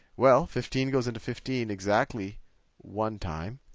well, fifteen goes into fifteen exactly one time.